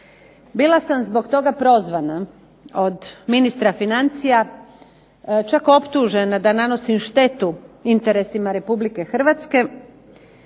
Bila sam zbog toga prozvana od ministra financija, pa čak optužena da nanosim štetu interesima Republike Hrvatske